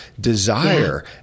desire